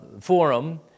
forum